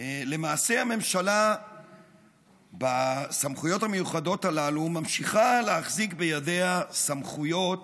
למעשה הממשלה בסמכויות המיוחדות הללו ממשיכה להחזיק בידיה סמכויות